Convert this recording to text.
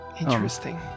Interesting